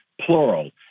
plural